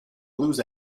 blues